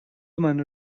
منو